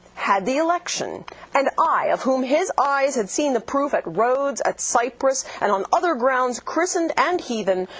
had the election and i, of whom his eyes had seen the proof, at rhodes, at cyprus, and on other grounds, christian and heathen,